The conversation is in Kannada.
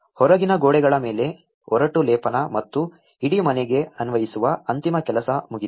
ಹೊರಗಿನ ಗೋಡೆಗಳ ಮೇಲೆ ಒರಟು ಲೇಪನ ಮತ್ತು ಇಡೀ ಮನೆಗೆ ಅನ್ವಯಿಸುವ ಅಂತಿಮ ಕೆಲಸ ಮುಗಿದಿದೆ